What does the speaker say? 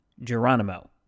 Geronimo